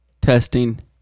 Testing